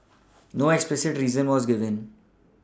no explicit reason was given